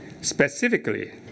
Specifically